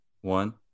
one